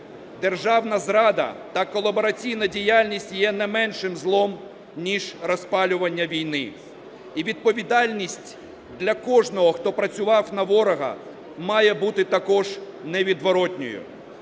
державна зрада та колабораційна діяльність є не меншим злом, ніж розпалювання війни і відповідальність для кожного, хто працював на ворога, має бути також невідворотною,